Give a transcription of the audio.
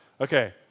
Okay